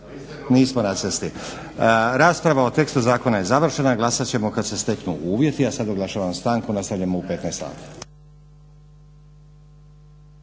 nismo na cesti. Rasprava o tekstu zakona je završena. Glasat ćemo kad se steknu uvjeti. A sad oglašavam stanku. Nastavljamo u 15